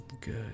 Good